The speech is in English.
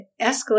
escalate